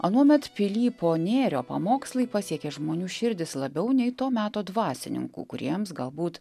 anuomet pilypo nėrio pamokslai pasiekė žmonių širdis labiau nei to meto dvasininkų kuriems galbūt